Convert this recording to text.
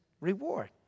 reward